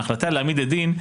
ההחלטה להעמיד לדין,